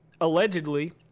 allegedly